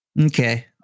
Okay